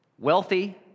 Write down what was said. Wealthy